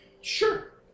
Sure